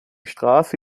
straße